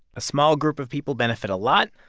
a small group of people benefit a lot.